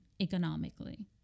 economically